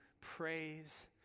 praise